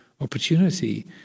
opportunity